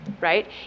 right